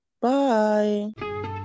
Bye